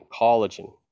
collagen